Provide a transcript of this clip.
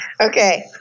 okay